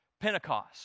Pentecost